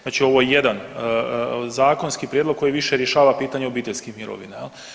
Znači ovo je jedan zakonski prijedlog koji više rješava pitanje obiteljskih mirovina.